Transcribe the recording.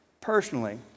personally